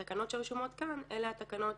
התשכ"ד 1963 התקנות שרשומות כאן אלה התקנות